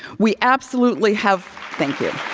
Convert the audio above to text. we absolutely have thank you.